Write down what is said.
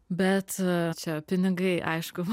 bet čia pinigai aišku